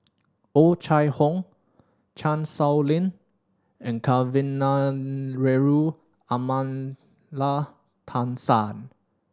Oh Chai Hoo Chan Sow Lin and Kavignareru Amallathasan